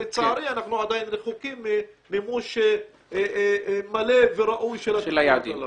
לצערי אנחנו עדיין רחוקים ממימוש מלא וראוי של התוכניות הללו.